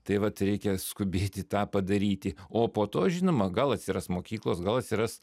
tai vat reikia skubėti tą padaryti o po to žinoma gal atsiras mokyklos gal atsiras